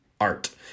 Art